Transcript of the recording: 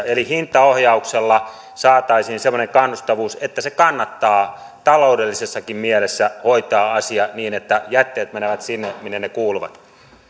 eli hintaohjauksella saataisiin semmoinen kannustavuus että se asia kannattaa taloudellisessakin mielessä hoitaa niin että jätteet menevät sinne minne ne kuuluvat